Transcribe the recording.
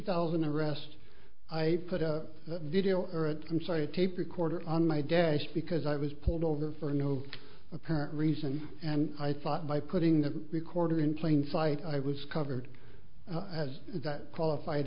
thousand the arrest i put a video or it i'm sorry a tape recorder on my dash because i was pulled over for no apparent reason and i thought by putting the recorder in plain sight i was covered as qualified